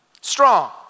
Strong